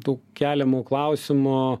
tų keliamų klausimo